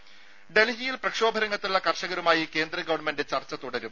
ദേദ ഡൽഹിയിൽ പ്രക്ഷോഭ രംഗത്തുള്ള കർഷകരുമായി കേന്ദ്ര ഗവൺമെന്റ് ചർച്ച തുടരും